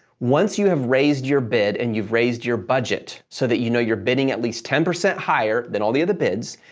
once you have raised your bid and you've raised your budget so that you know you're bidding at least ten percent higher than all the other bids,